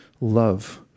love